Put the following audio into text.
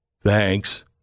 thanks